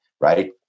Right